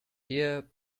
here